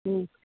ಹ್ಞೂ